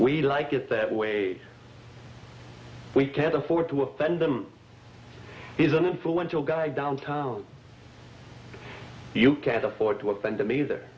we like it that way we can't afford to offend them is an influential guy downtown you can't afford to offend him either